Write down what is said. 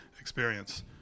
experience